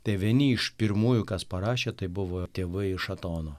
tie vieni iš pirmųjų kas parašė tai buvo tėvai iš atono